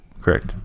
Correct